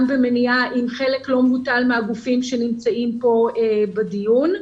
במניעה עם חלק לא מהגופים שנמצאים כאן בדיון.